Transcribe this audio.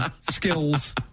skills